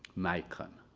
micron.